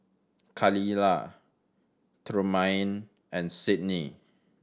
Khalilah Trumaine and Sydney